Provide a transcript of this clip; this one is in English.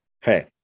hey